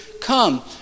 come